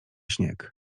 śnieg